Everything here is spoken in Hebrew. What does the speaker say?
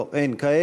לא, אין כאלה.